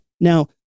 Now